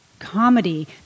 Comedy